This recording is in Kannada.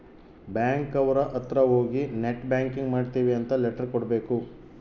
ಬ್ಯಾಂಕ್ ಅವ್ರ ಅತ್ರ ಹೋಗಿ ನೆಟ್ ಬ್ಯಾಂಕಿಂಗ್ ಮಾಡ್ತೀವಿ ಅಂತ ಲೆಟರ್ ಕೊಡ್ಬೇಕು